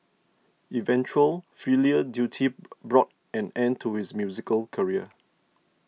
eventual filial duty brought an end to his musical career